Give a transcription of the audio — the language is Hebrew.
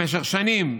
במשך שנים,